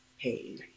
pain